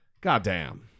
Goddamn